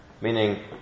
meaning